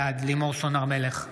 בעד לימור סון הר מלך,